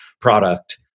product